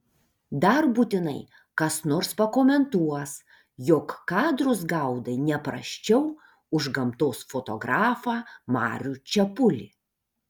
dar būtinai kas nors pakomentuos jog kadrus gaudai ne prasčiau už gamtos fotografą marių čepulį